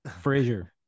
Frazier